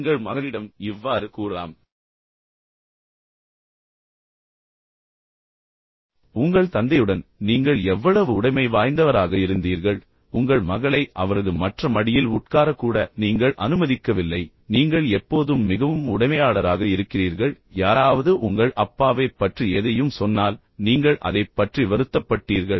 நீங்கள் மகனிடம் இவ்வாறு கூறலாம் உங்கள் தந்தையுடன் நீங்கள் எவ்வளவு உடைமை வாய்ந்தவராக இருந்தீர்கள் என்று பாருங்கள் பற்றி நீங்கள் எப்போதும் அவரது மடியில் தூங்கினீர்கள் அல்லது நீங்கள் இந்த மார்பில் தூங்கினீர்கள் பின்னர் உங்கள் மகளை அவரது மற்ற மடியில் உட்கார கூட நீங்கள் அனுமதிக்கவில்லை நீங்கள் எப்போதும் மிகவும் உடைமையாளராக இருக்கிறீர்கள் யாராவது உங்கள் அப்பாவைப் பற்றி எதையும் சொன்னால் நீங்கள் அதைப் பற்றி வருத்தப்பட்டீர்கள்